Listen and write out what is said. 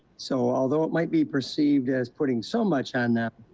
so, although it might be perceived as putting so much on,